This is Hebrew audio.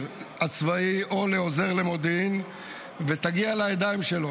הצבאי או לעוזר למודיעין ותגיע לידיים שלו.